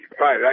Right